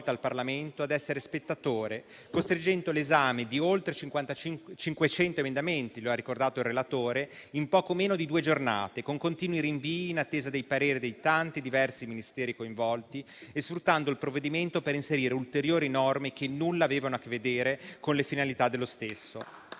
il Parlamento a essere spettatore, costringendo all'esame di oltre 500 emendamenti - lo ha ricordato il relatore - in poco meno di due giornate, con continui rinvii in attesa dei pareri dei tanti diversi Ministeri coinvolti e sfruttando il provvedimento per inserire ulteriori norme che nulla avevano a che vedere con le finalità dello stesso.